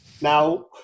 Now